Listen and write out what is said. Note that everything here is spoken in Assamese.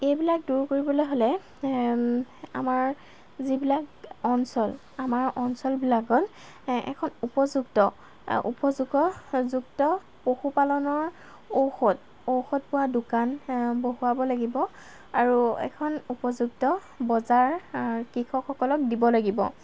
এইবিলাক দূৰ কৰিবলৈ হ'লে আমাৰ যিবিলাক অঞ্চল আমাৰ অঞ্চলবিলাকত এখন উপযুক্ত উপযুক্ত পশুপালনৰ ঔষধ ঔষধ পোৱা দোকান বহুৱাব লাগিব আৰু এখন উপযুক্ত বজাৰ কৃষকসকলক দিব লাগিব